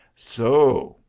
so!